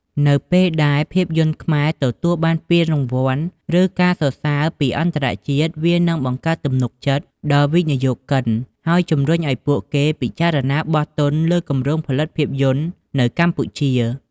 នៅពេលដែលភាពយន្តខ្មែរទទួលបានពានរង្វាន់ ឬការសរសើរពីអន្តរជាតិ វានឹងបង្កើតទំនុកចិត្តដល់វិនិយោគិន ហើយជំរុញឱ្យពួកគេពិចារណាបោះទុនលើគម្រោងផលិតភាពយន្តនៅកម្ពុជា។